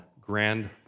grand